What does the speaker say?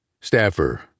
Staffer